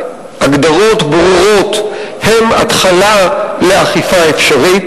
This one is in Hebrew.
הגדרות ברורות הן התחלה לאכיפה אפשרית.